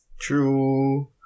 true